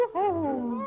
home